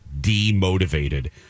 demotivated